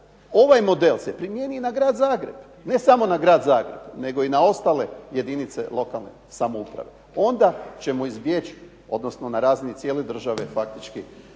ovaj model se primijeni i na Grad Zagreb. Ne samo na Grad Zagreb nego i na ostale jedinice lokalne samouprave, onda ćemo izbjeći, odnosno na razini cijele države faktički